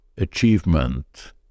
achievement